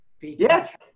Yes